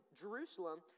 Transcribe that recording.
Jerusalem